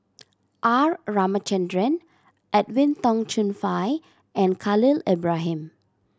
R Ramachandran Edwin Tong Chun Fai and Khalil Ibrahim